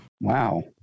Wow